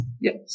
yes